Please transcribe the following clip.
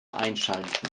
einschalten